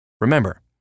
Remember